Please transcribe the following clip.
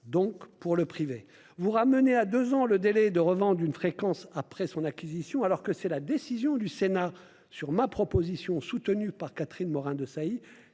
satisfaire le privé. Vous ramenez à deux ans le délai de revente d'une fréquence après son acquisition, alors que c'est le Sénat, sur ma proposition, soutenue par Catherine Morin-Desailly,